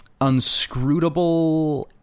unscrutable